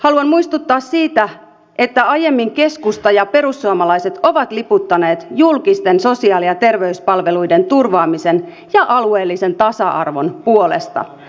haluan muistuttaa siitä että aiemmin keskusta ja perussuomalaiset ovat liputtaneet julkisten sosiaali ja terveyspalveluiden turvaamisen ja alueellisen tasa arvon puolesta